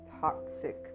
toxic